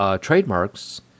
trademarks